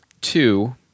two